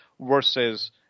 versus